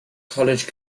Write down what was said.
college